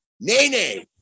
Nene